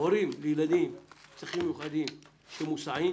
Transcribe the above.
הורים לילדים עם צרכים מיוחדים שמוסעים